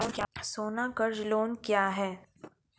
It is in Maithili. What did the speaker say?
सोना कर्ज लोन क्या हैं?